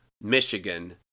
Michigan